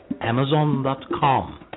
Amazon.com